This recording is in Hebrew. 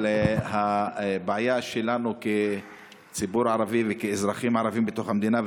אבל הבעיה שלנו כציבור ערבי וכאזרחים ערבים בתוך המדינה,